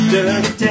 Dirty